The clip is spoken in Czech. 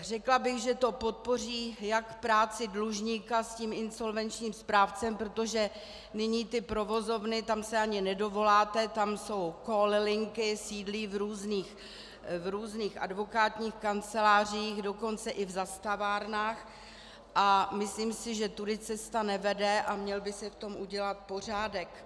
Řekla bych, že to podpoří jak práci dlužníka s tím insolvenčním správcem, protože nyní ty provozovny, tam se ani nedovoláte, tam jsou call linky, sídlí v různých advokátních kancelářích, dokonce i zastavárnách, a myslím si, že tudy cesta nevede a měl by se v tom udělat pořádek.